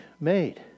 made